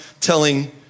telling